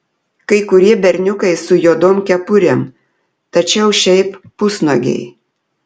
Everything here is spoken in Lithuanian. kai kurie berniukai su juodom kepurėm tačiau šiaip pusnuogiai